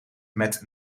met